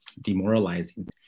demoralizing